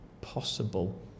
possible